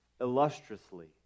illustriously